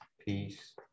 peace